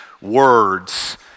words